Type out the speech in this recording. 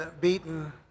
beaten